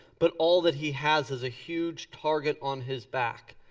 but all that he has is a huge target on his back.